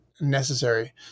necessary